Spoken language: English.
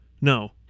No